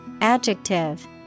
Adjective